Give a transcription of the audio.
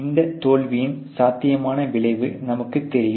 இந்த தோல்வியின் சாத்தியமான விளைவு நமக்கு தெரியும்